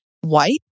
white